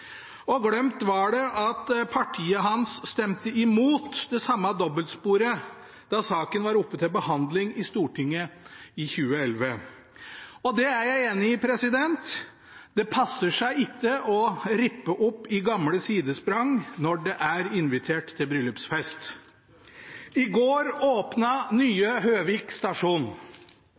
og glemt var det at partiet hans stemte imot det samme dobbeltsporet da saken var oppe til behandling i Stortinget i 2011. Og det er jeg enig i, det passer seg ikke å rippe opp i gamle sidesprang når det er invitert til bryllupsfest. I går